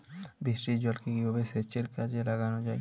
বৃষ্টির জলকে কিভাবে সেচের কাজে লাগানো যায়?